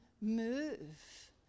move